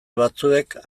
batzuek